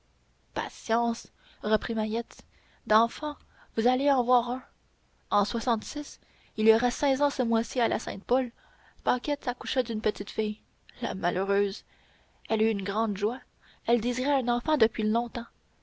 patience reprit mahiette d'enfant vous allez en voir un en il y aura seize ans ce mois-ci à la sainte paule paquette accoucha d'une petite fille la malheureuse elle eut une grande joie elle désirait un enfant depuis longtemps